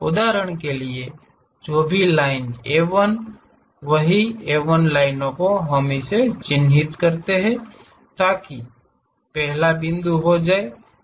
उदाहरण के लिए जो भी लाइन A1 वही A1 लाइन को हम इसे चिह्नित करेंगे ताकि पहला बिंदु हो जाएगा